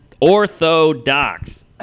orthodox